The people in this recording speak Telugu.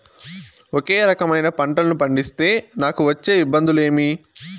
ఒకే రకమైన పంటలని పండిస్తే నాకు వచ్చే ఇబ్బందులు ఏమి?